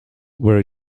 were